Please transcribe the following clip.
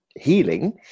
healing